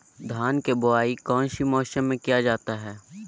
धान के बोआई कौन सी मौसम में किया जाता है?